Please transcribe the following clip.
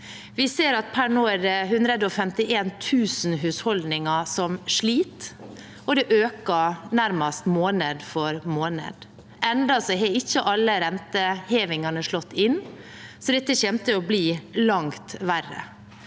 per nå er 151 000 husholdninger som sliter, og det tallet øker nesten måned for måned. Ennå har ikke alle rentehevingene slått inn, så dette kommer til å bli langt verre.